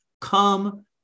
come